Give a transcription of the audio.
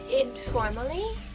informally